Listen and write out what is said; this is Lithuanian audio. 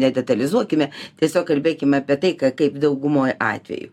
nedetalizuokime tiesiog kalbėkim apie tai kaip daugumoj atvejų